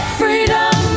freedom